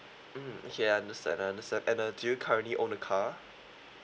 mm okay I understand I understand and uh do you currently own a car